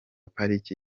pariki